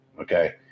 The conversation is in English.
Okay